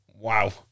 Wow